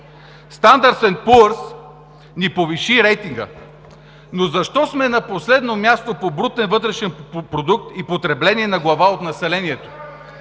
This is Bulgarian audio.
„Стандарт енд Пуърс“ ни повиши рейтинга, но защо сме на последно място по брутен вътрешен продукт и потребление на глава от населението?!